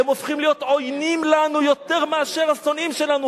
הם הופכים להיות עוינים לנו יותר מאשר השונאים שלנו,